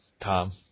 Tom